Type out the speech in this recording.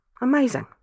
Amazing